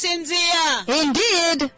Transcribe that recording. Indeed